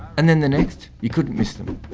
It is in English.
and then, the next, you couldn't miss them.